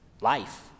life